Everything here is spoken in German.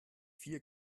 vier